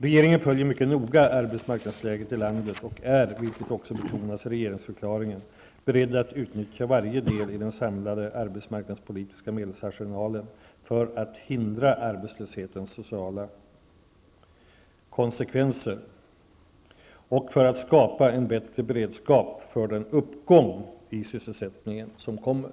Regeringen följer mycket noga arbetsmarknadsläget i landet och är, vilket också betonas i regeringsförklaringen, beredd att utnyttja varje del i den samlade arbetsmarknadspolitiska medelsarsenalen för att hindra arbetslöshetens sociala konsekvenser och för att skapa en bättre beredskap för den uppgång i sysselsättningen som kommer.